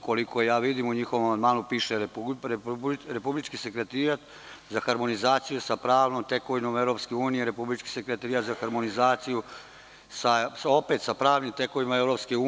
Koliko vidim u njihovom amandmanu piše – Republički sekretarijat za harmonizaciju sa pravnom tekovinom EU, Republički sekretarijat za harmonizaciju sa pravnom tekovinom EU.